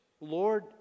Lord